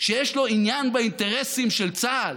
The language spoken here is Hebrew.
שיש לו עניין באינטרסים של צה"ל,